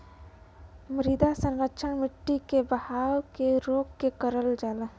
मृदा संरक्षण मट्टी के बहाव के रोक के करल जाला